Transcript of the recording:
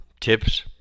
tips